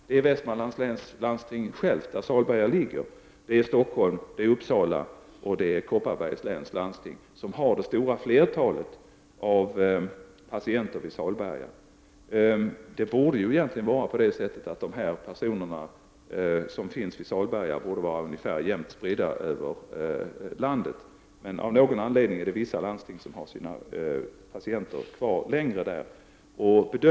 Det är Västmanlands läns landsting, där Salberga ligger, Stockholms läns landsting, Uppsala läns landsting och Kopparbergs läns landsting, vilka ansvarar för det stora flertalet patienter vid Salberga sjukhus. De personer som vårdas vid Salberga sjukhus borde egentligen vara jämnt spridda över landet. Men av någon anledning har vissa landsting sina patienter kvar där en längre tid.